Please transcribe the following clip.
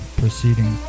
proceeding